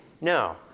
No